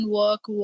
work